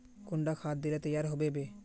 कुंडा खाद दिले तैयार होबे बे?